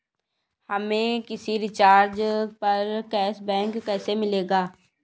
हमें किसी रिचार्ज पर कैशबैक कैसे मिलेगा?